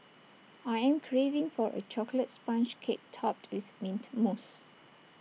I am craving for A Chocolate Sponge Cake Topped with Mint Mousse